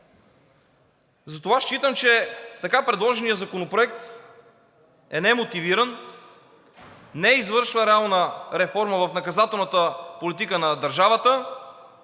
Затова считам, че така предложения законопроект е немотивиран, не извършва реална реформа в наказателната политика на държавата,